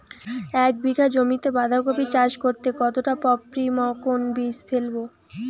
এক বিঘা জমিতে বাধাকপি চাষ করতে কতটা পপ্রীমকন বীজ ফেলবো?